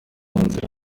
nzira